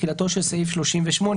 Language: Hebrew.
תחילתו של סעיף 38,